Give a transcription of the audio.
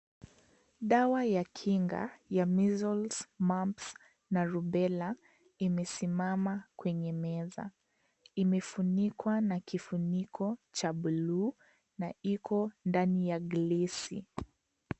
Dawa ya kinga ya measles mumps na rubella imesimama kwenye meza imefunikwa na kifuniko cha buluu na iko ndani ya glesi.